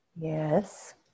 Yes